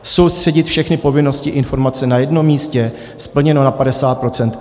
Soustředit všechny povinnosti informace na jednom místě splněno na 50 %.